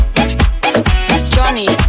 Johnny